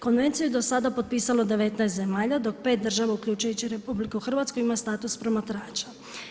Konvenciju je do sada potpisalo 19 zemalja dok 5 država uključujući RH ima status promatrača.